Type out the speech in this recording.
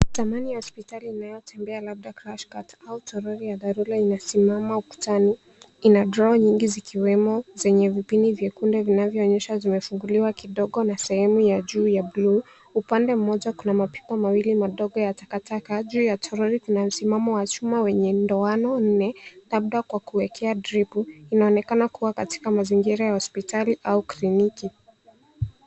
Tamani ya hospitali inayotembea labda cash cart au toroli ya dharura iliyosimama ukutani. Ina drawer nyingi zikiwemo zenye vipini vyekundu vinavyoonyesha zimefunguliwa kidogo na sehemu ya juu ya buluu. Upande mmoja kuna mapipa mawili madogo ya takataka. Juu ya toroli kuna msimamo wa chuma wenye ndoano nne, labda kwa kuwekea dripu. Inaonekana kuwa katika mazingira ya hospitali au kliniki.